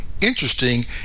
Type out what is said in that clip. interesting